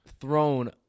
thrown